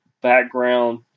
background